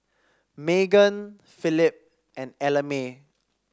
Meghan Phillip and Ellamae